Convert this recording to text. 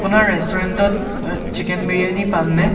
আপোনাৰ ৰেষ্টুৰেন্টত চিকেন বিৰিয়ানী পামনে